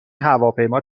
هواپیما